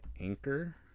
Anchor